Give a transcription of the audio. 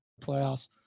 playoffs